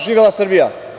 Živela Srbija!